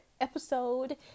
episode